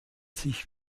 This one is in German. sich